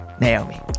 Naomi